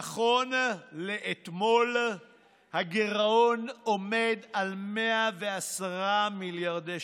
נכון לאתמול הגירעון עומד על 110 מיליארדי שקלים.